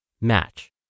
Match